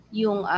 yung